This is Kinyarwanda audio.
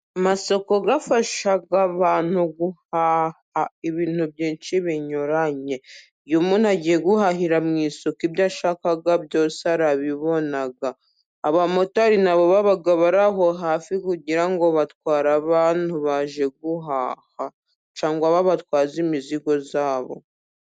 Amasoko afasha abantu guhaha ibintu byinshi binyuranye, iyo umuntu agiye guhahira mu isoko ibyo ashaka byose arabibona. Abamotari na bo baba baraho hafi kugira ngo batware abantu baje guhaha cyangwa babatwaze imizigo yabo.